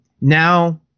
now